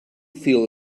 feel